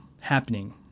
happening